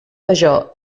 major